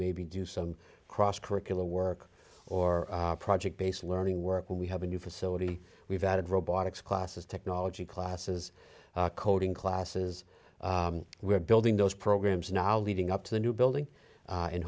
maybe do some cross curricular work or project based learning work and we have a new facility we've added robotics classes technology classes coding classes we're building those programs now leading up to the new building